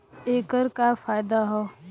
ऐकर का फायदा हव?